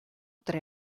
tre